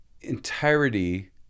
entirety